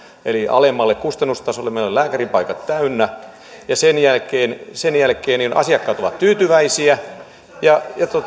alemmalle kustannustasolle meillä on lääkärin paikat täynnä ja sen jälkeen sen jälkeen asiakkaat ovat tyytyväisiä ja